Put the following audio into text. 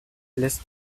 lässt